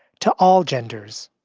to all genders.